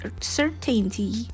certainty